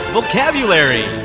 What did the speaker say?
Vocabulary